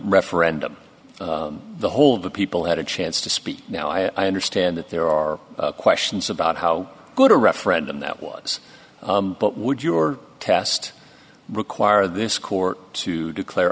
referendum the whole of the people had a chance to speak now i understand that there are questions about how good a referendum that was but would your test require this court to declare